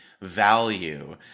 value